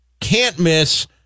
can't-miss